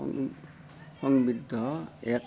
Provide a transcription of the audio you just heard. সমৃদ্ধ এক